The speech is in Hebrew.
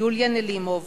יוליה נלימוב,